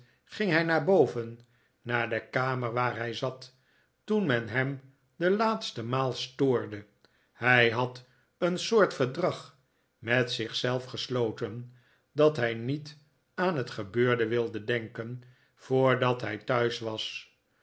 ging hij naar boven naar de kamer waar hij zat toen men hem de laatste maal stoorde hij had een soort verdrag met zich zelf gesloten dat hij niet aan het gebeurde wilde denken voordat hij thuis was